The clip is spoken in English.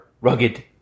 rugged